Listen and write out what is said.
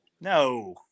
No